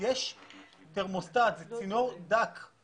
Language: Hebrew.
מה לגבי התקלה שאירעה ב-27